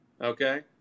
Okay